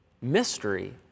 mystery